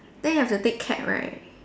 then you have to take cab right